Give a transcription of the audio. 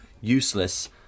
useless